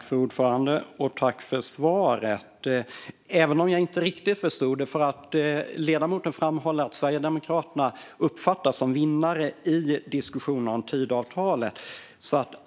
Fru talman! Jag tackar för svaret, även om jag inte riktigt förstod det. Ledamoten framhåller att Sverigedemokraterna uppfattas som vinnare i diskussioner om Tidöavtalet.